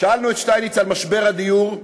שאלנו את שטייניץ על משבר הדיור,